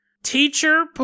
Teacher